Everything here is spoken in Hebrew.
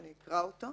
אני אקרא אותו: